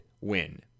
win